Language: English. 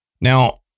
Now